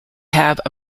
have